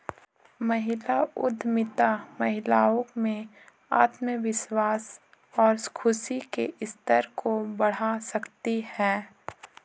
महिला उद्यमिता महिलाओं में आत्मविश्वास और खुशी के स्तर को बढ़ा सकती है